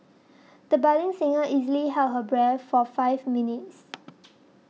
the budding singer easily held her breath for five minutes